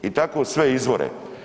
I tako sve izvore.